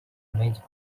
image